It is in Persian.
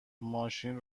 ماشین